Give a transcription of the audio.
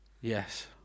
Yes